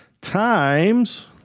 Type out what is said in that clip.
times